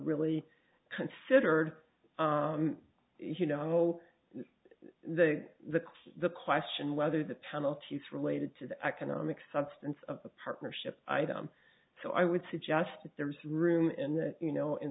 really considered you know the the question the question whether the penalties related to the economic substance of the partnership item so i would suggest that there is room in that you know in